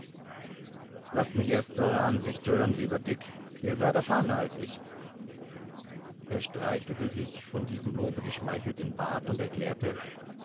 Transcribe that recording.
laßt mich erst eure ansicht hören lieber dick ihr seid erfahrener als ich er streichelte sich von diesem lobe geschmeichelt den bart und erklärte